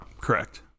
Correct